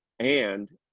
and